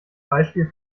beispiel